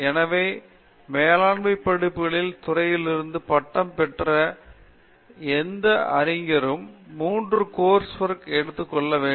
எனவே மேலாண்மை படிப்புகளின் துறையிலிருந்து பட்டம் பெற்ற எந்த அறிஞரும் மூன்று கோர்ஸுகளை எடுத்துக் கொள்ள வேண்டும்